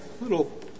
little